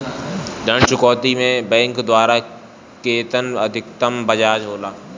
ऋण चुकौती में बैंक द्वारा केतना अधीक्तम ब्याज होला?